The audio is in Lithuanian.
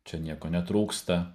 čia nieko netrūksta